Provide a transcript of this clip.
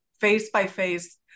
face-by-face